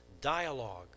dialogue